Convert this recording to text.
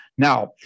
Now